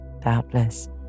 Doubtless